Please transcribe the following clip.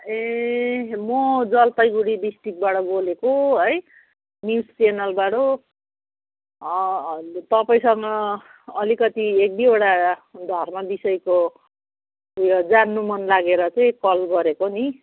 ए म जलपाइगुडी डिस्ट्रिक्टबाट बोलेको है न्युज चेनलबाट तपाईँसँग अलिकति एकदुईवटा धर्म विषयको उयो जान्नु मन लागेर चाहिँ कल गरेको नि